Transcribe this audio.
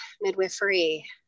midwifery